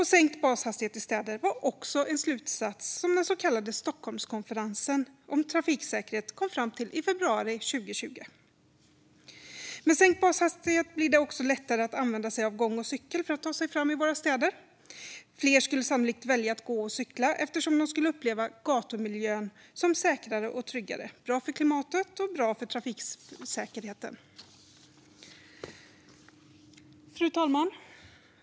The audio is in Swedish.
Sänkt bashastighet i städer var också en slutsats som den så kallade Stockholmskonferensen om trafiksäkerhet kom fram till i februari 2020. Med sänkt bashastighet blir det också lättare att använda sig av gång och cykel för att ta sig fram i våra städer. Fler skulle sannolikt välja att gå och cykla, eftersom de skulle uppleva gatumiljön som säkrare och tryggare. Det är bra både för klimatet och för trafiksäkerheten. Fru talman!